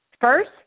First